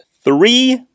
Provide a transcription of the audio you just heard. three